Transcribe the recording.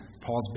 Paul's